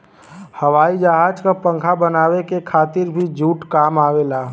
हवाई जहाज क पंखा बनावे के खातिर भी जूट काम आवेला